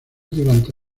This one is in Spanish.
durante